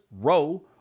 row